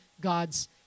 God's